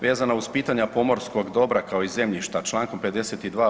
Vezano uz pitanja pomorskog dobra kao i zemljišta čl. 52.